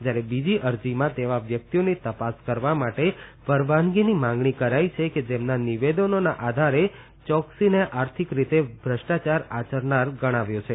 જયારે બીજી અરજીમાં તેવા વ્યક્તિઓની તપાસ કરવા માટે પરવાનગીની માંગણી કરાઇ છે કે જેમના નિવેદનોના આઘારે ચોકસીને આર્થિક રીતે ભ્રષ્ટાચાર આચરનાર ગણાવ્યો છે